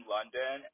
London